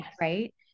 right